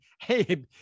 Hey